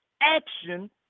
action